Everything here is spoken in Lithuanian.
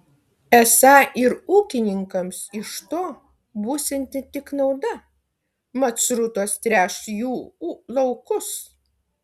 esą ir ūkininkams iš to būsianti tik nauda mat srutos tręš jų laukus